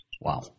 Wow